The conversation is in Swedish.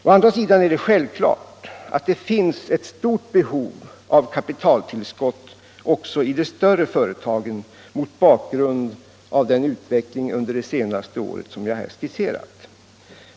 Å andra sidan är det självklart att det finns ett stort behov av kapitaltillskott också i de större företagen mot bakgrund av den utveckling under de senaste åren som jag här har skisserat.